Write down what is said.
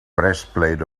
breastplate